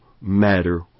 matter